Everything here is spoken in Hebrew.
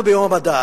אנחנו ביום המדע,